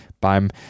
beim